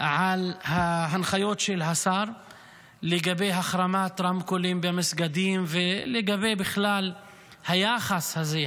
על ההנחיות של השר לגבי החרמת רמקולים במסגדים ובכלל לגבי היחס הזה,